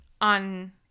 on